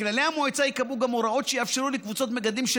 בכללי המועצה ייקבעו גם הוראות שיאפשרו לקבוצת מגדלים של